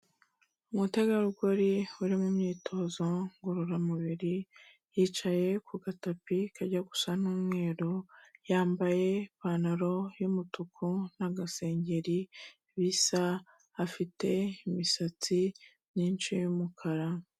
Umutegarugori uri mu myitozo ngororamubiri yicaye ku gatapi kajya gusa n'umweru, yambaye ipantaro y'umutuku n'agasengeri bisa, afite imisatsi myinshi y'umukara.